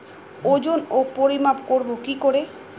ওজন ও পরিমাপ করব কি করে?